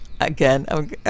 again